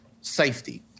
safety